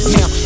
Now